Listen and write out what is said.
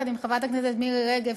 יחד עם חברת הכנסת מירי רגב,